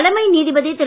தலைமை நீதிபதி திரு